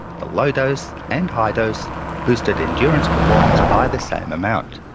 the low dose and high dose boosted endurance performance by the same amount.